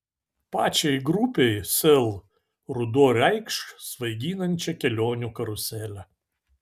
pačiai grupei sel ruduo reikš svaiginančią kelionių karuselę